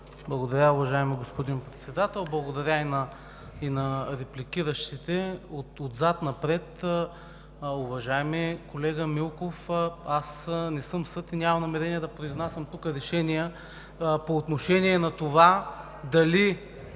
Благодаря, уважаеми господин Председател. Благодаря и на репликиращите, отзад напред. Уважаеми колега Милков, аз не съм съд и нямам намерение да произнасям тук решения по отношение на това дали